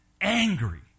angry